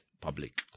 public